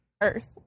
Earth